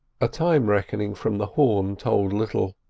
a time reckoning from the horn told little,